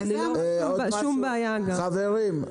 חברים.